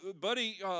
Buddy